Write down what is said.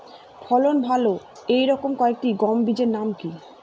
ফলন ভালো এই রকম কয়েকটি গম বীজের নাম কি?